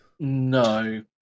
No